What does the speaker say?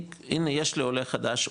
הנה יש לי עולה חדש,